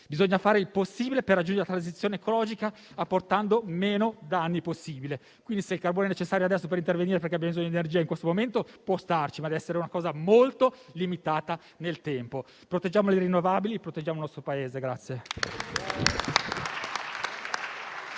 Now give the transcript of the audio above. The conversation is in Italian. Bisogna fare il possibile per raggiungere la transizione ecologica apportando meno danni possibile. Pertanto, se il carbone è necessario adesso perché ora abbiamo bisogno di energia, è possibile intervenire, ma deve essere un'azione molto limitata nel tempo. Proteggiamo le rinnovabili. Proteggiamo il nostro Paese.